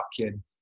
kid